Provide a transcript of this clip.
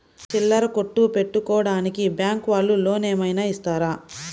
చిల్లర కొట్టు పెట్టుకోడానికి బ్యాంకు వాళ్ళు లోన్ ఏమైనా ఇస్తారా?